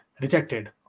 rejected